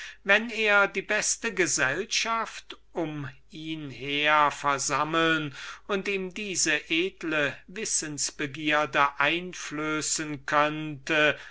wenn er die beste gesellschaft um ihn her versammeln und ihm diese edle wissensbegierde einflößen könnte